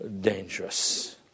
dangerous